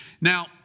Now